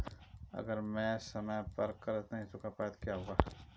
अगर मैं समय पर कर्ज़ नहीं चुका पाया तो क्या होगा?